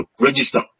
register